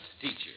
teacher